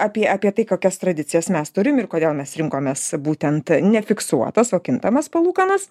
apie apie tai kokias tradicijas mes turim ir kodėl mes rinkomės būtent nefiksuotas o kintamas palūkanas